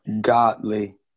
godly